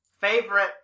favorite